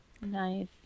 Nice